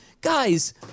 Guys